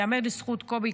ייאמר לזכות קובי,